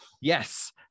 Yes